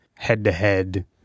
head-to-head